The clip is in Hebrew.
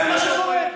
זה מה שקורה.